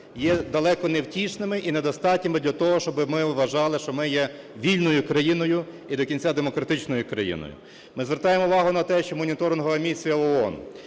є далеко невтішними і недостатніми для того, щоби ми вважали, що ми є вільною країною і до кінця демократичною країною. Ми звертаємо увагу на те, що моніторингова місія ООН